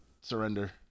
surrender